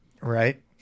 Right